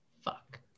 fuck